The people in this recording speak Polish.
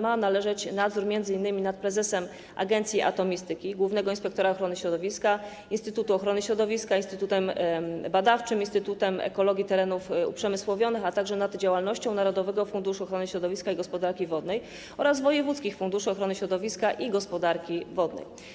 ma należeć nadzór m.in. nad prezesem Państwowej Agencji Atomistyki, głównym inspektorem ochrony środowiska, Instytutem Ochrony Środowiska - Państwowym Instytutem Badawczym, Instytutem Ekologii Terenów Uprzemysłowionych, a także nad działalnością Narodowego Funduszu Ochrony Środowiska i Gospodarki Wodnej oraz wojewódzkich funduszy ochrony środowiska i gospodarki wodnej.